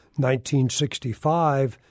1965